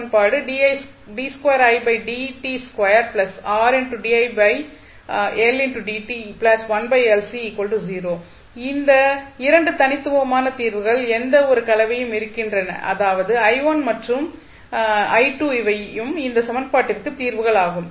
இந்த 2 தனித்துவமான தீர்வுகள் எந்த ஒரு கலவையும் இருக்கின்ற அதாவது மற்றும் இவையும் இந்த சமன்பாட்டிற்கு தீர்வுகள் ஆகும்